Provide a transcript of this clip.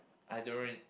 I don't really